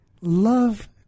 love